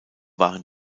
waren